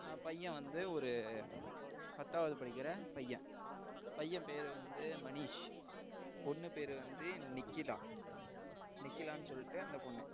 பையன் வந்து ஒரு பத்தாவது படிக்கிற பையன் பையன் பேர் வந்து மணிஷ் பொண்ணு பேர் வந்து நிக்கிலா நிக்கிலான்னு சொல்லிட்டு அந்த பொண்ணு